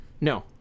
No